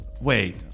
wait